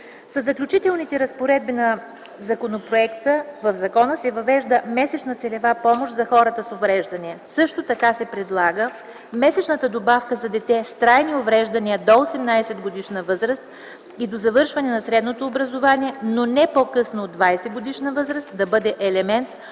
Със заключителните разпоредби на законопроекта в Закона за социалното подпомагане се въвежда месечна целева помощ за хората с увреждания. Също така се предлага месечната добавка за дете с трайни увреждания до 18-годишна възраст и до завършване на средното образование, но не по-късно от 20-годишна възраст, да бъде елемент